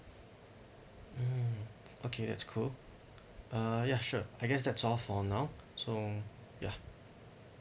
mm okay that's cool uh ya sure I guess that's all for now so ya